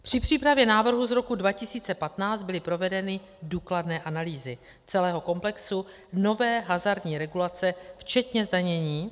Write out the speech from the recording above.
Při přípravě návrhu z roku 2015 byly provedeny důkladné analýzy celého komplexu nové hazardní regulace včetně zdanění.